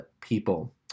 people